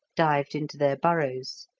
dived into their burrows.